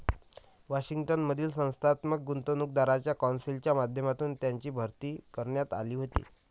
Washington मधील संस्थात्मक गुंतवणूकदारांच्या कौन्सिलच्या माध्यमातून त्यांची भरती करण्यात आली होती